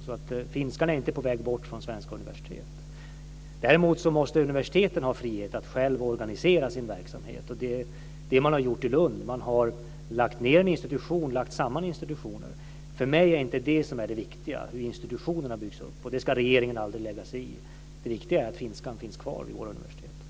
Så finskan är inte på väg bort från svenska universitet. Däremot måste universiteten ha frihet att själva organisera sin verksamhet. Det man har gjort i Lund är att man har lagt ned en institution och lagt samman institutioner. För mig är det inte det som är det viktiga, alltså hur institutionerna byggs upp. Det ska regeringen aldrig lägga sig i. Det viktiga är att finskan finns kvar vid våra universitet.